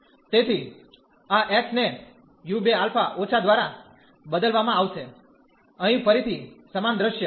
તેથી આ x ને u2 α ઓછા દ્વારા બદલવામાં આવશે અહીં ફરીથી સમાન દ્રશ્ય